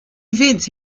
events